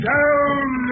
Down